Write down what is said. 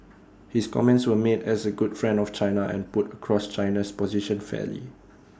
his comments were made as A good friend of China and put across China's position fairly